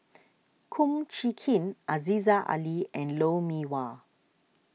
Kum Chee Kin Aziza Ali and Lou Mee Wah